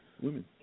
women